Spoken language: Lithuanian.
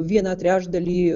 vieną trečdalį